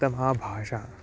उत्तमा भाषा